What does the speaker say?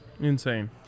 Insane